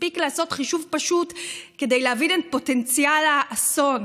מספיק לעשות חישוב פשוט כדי להבין את פוטנציאל האסון.